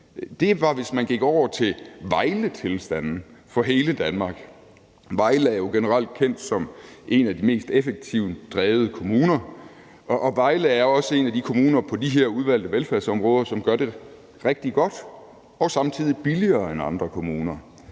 det var, hvis man gik over til Vejle-tilstande for hele Danmark Vejle er jo generelt kendt som en af de mest effektivt drevne kommuner, og Vejle er også en af de kommuner, som gør det rigtig godt på de her udvalgte velfærdsområder, og som samtidig gør det billigere end andre kommuner.